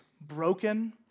broken